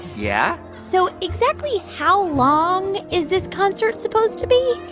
yeah so exactly how long is this concert supposed to be?